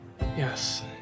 Yes